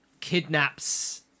kidnaps